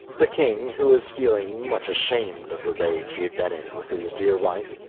the king, who was feeling much ashamed of the rage he had been in with his dear wife,